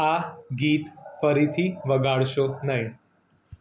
આ ગીત ફરીથી વગાડશો નહીં